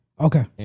Okay